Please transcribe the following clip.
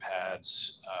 pads